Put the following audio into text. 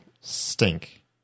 stink